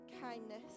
kindness